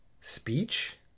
speech